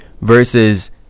versus